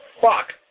fuck